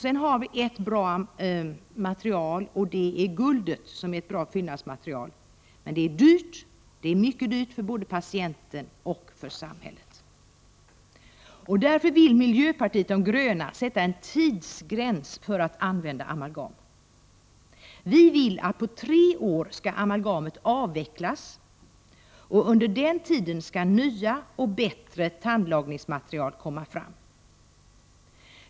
Ett bra fyllnadsmaterial är guld, men det är mycket dyrt för både patienten och samhället. Mot denna bakgrund vill miljöpartiet de gröna sätta en tidsgräns för användning av amalgam. Vi vill att amalgamet skall avvecklas på tre år. Under den tiden hoppas vi att nya och bättre tandlagningsmaterial kommer fram.